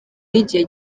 y’igihe